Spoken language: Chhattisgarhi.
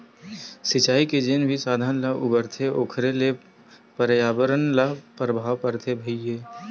सिचई के जेन भी साधन ल बउरथे ओखरो ले परयाबरन ल परभाव परथे भईर